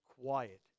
quiet